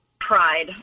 pride